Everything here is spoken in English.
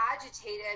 agitated